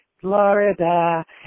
Florida